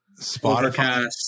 Spotify